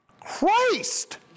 Christ